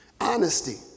honesty